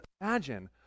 imagine